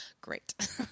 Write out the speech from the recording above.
great